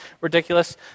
ridiculous